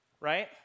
right